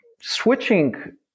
switching